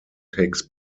takes